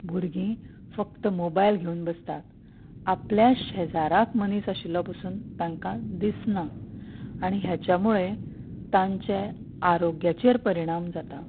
भुरगीं फक्त मोबायल घेवन बसतात आपल्या शेजाराक मनीस आशिल्लो पसून तांकां दिसना आनी हेच्यामुळे तांचे आरोग्याचेर परिणाम जाता